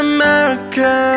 America